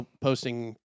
posting